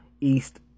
East